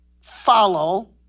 follow